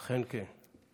אכן כן.